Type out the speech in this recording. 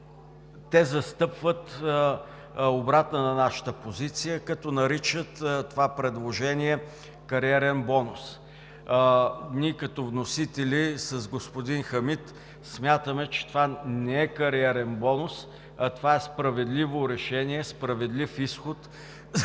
Те застъпват обратна на нашата позиция, като наричат това предложение „кариерен бонус“. Ние като вносители с господин Хамид смятаме, че това не е кариерен бонус, а е справедливо решение, справедлив изход за